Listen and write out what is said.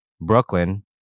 Brooklyn